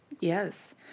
Yes